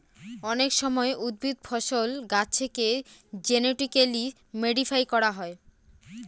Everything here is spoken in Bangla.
অনেক সময় উদ্ভিদ, ফসল, গাছেকে জেনেটিক্যালি মডিফাই করা হয়